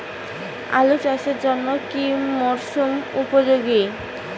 আলু চাষের জন্য কি মরসুম উপযোগী?